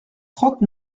trente